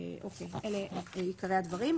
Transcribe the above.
אלה עיקרי הדברים,